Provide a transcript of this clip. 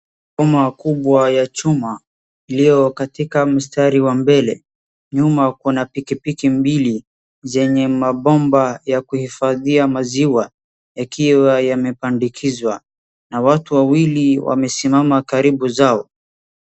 Umma kubwa ya chuma, iliyo katika mstari wa mbele. Nyuma kuna pikipiki mbili zenye mabomba ya kuhifadhia maziwa yakiwa yamepandikizwa, na watu wawili wamesimama karibu zao.